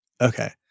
Okay